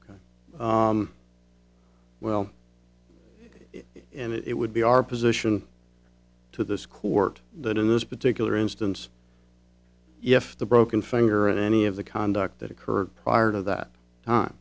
else well it would be our position to this court that in this particular instance if the broken finger in any of the conduct that occurred prior to that time